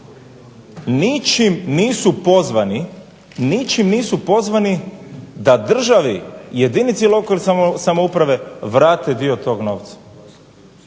ničim nisu pozvani da državi, jedinici lokalne samouprave vrate dio tog novca.